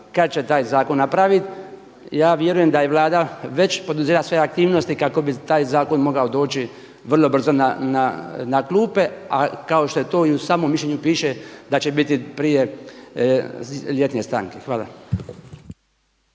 kada će taj zakon napraviti. Ja vjerujem da je Vlada već poduzela te aktivnosti kako bi taj zakon mogao doći vrlo brzo na klupe. A kao što to i u samom mišljenju piše da će biti prije ljetne stanke. Hvala.